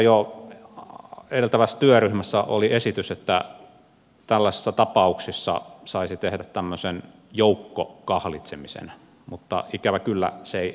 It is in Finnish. jo edeltävässä työryhmässä oli esitys että tällaisissa tapauksissa saisi tehdä tämmöisen joukkokahlitsemisen mutta ikävä kyllä se ei edennyt